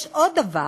יש עוד דבר: